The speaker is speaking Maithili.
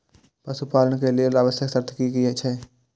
पशु पालन के लेल आवश्यक शर्त की की छै?